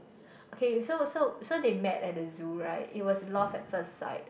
okay so so so they met at the zoo right it was love at first sight